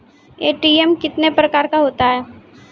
ATM कितने प्रकार का होता हैं?